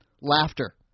Laughter